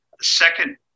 second